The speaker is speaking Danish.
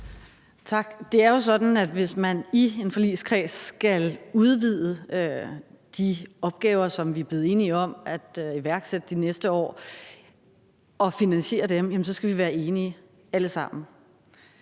Tak. Det er jo sådan, at hvis man i en forligskreds skal udvide de opgaver, som vi er blevet enige om at iværksætte de næste år, og finansiere dem, så skal vi være enige alle sammen.